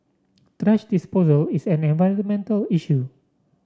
thrash disposal is an environmental issue